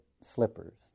slippers